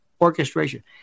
orchestration